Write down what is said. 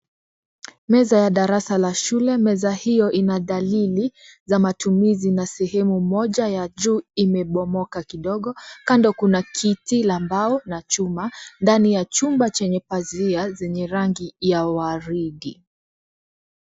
Meza ya darasa la shule, meza hiyo ina dalili za matumizi na sehemu moja ya juu imebomoka kidogo kando kuna kiti la mbao na chuma, ndani ya chumba chenye pazia zenye rangi ya waridi.